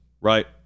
right